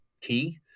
key